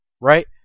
Right